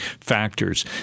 factors